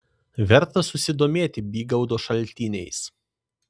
verta susidomėti bygaudo šaltiniais